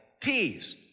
peace